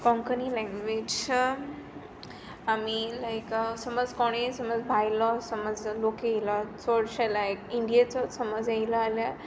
Konkani language आमी लायक सोमोज कोणय सोमोज भायलो सोमोज लोक येयला चडशे लायक इंडियेचोच सोमोज येयलो जाल्यार